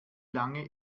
lange